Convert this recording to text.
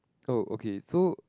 oh okay so